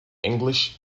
english